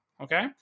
okay